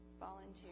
volunteer